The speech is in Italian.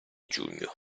giugno